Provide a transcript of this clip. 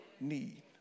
need